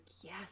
yes